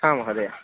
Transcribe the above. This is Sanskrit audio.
हा महोदय